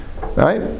Right